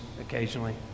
occasionally